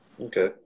Okay